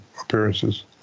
appearances